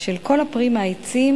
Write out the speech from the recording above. של כל הפרי מהעצים,